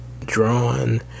Drawn